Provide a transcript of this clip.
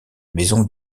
maison